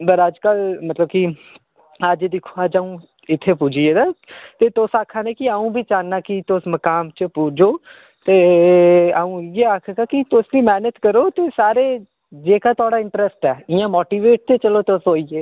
पर अजकल मतलब कि अज्ज दिक्खो अज्ज अ'ऊं इत्थै पुज्जी गेदा ते तु'स आक्खा दे कि अ'ऊं बी चाह्न्नां कि तु'स मकाम च पुज्जो ते अ'ऊं इ'यै आखगा के तु'स बी मैह्नत करो ते सारे जेह्का थुआढ़ा इंटरैस्ट ऐ इ'यां मोटिवेट ते चलो तु'स होई गे